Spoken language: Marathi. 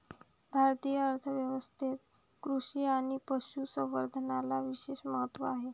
भारतीय अर्थ व्यवस्थेत कृषी आणि पशु संवर्धनाला विशेष महत्त्व आहे